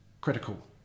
critical